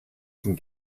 zum